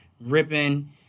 ripping